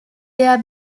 their